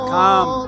come